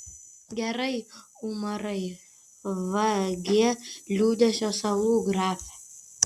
gerai umarai vagie liūdesio salų grafe